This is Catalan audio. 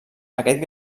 aquest